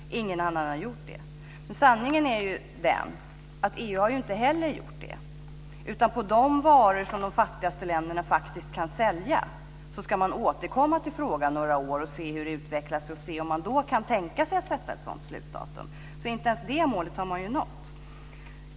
Ingen annan har gjort det. Sanningen är dock att inte heller EU har gjort det, utan när det gäller de varor som de fattigaste länderna faktiskt kan sälja ska man återkomma till frågan om några år för att då se hur det hela utvecklas och för att se om man kan tänka sig att sätta ett slutdatum. Inte ens det målet har man alltså nått.